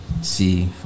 see